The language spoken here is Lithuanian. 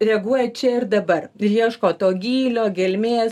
reaguoja čia ir dabar ieško to gylio gelmės